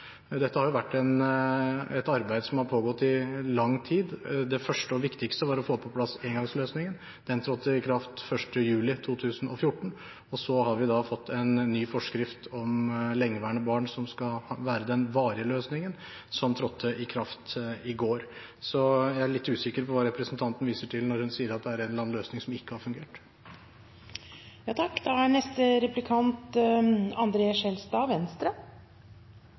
Dette har vært et arbeid som har pågått i lang tid. Det første og viktigste var å få på plass engangsløsningen. Den trådte i kraft 1. juli 2014, og så har vi fått en ny forskrift om lengeværende barn, som skal være den varige løsningen, og som trådte i kraft i går. Så jeg er litt usikker på hva representanten viser til når hun sier at det er en eller annen løsning som ikke har fungert.